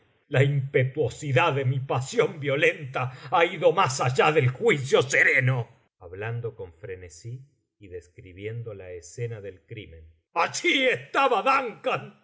la impetuosidad de mi pasión violenta ha ido más allá del juicio sereno hablando con frenesí y describiendo la escena del crimen allí estaba duncan la